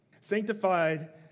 Sanctified